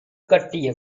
கட்டிய